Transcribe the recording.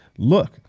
Look